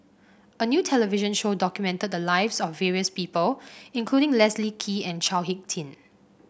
a new television show documented the lives of various people including Leslie Kee and Chao HicK Tin